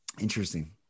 Interesting